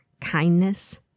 kindness